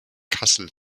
kassel